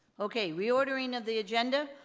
okay, reordering of the agenda,